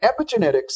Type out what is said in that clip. epigenetics